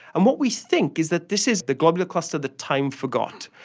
and what we think is that this is the globular cluster that time forgot,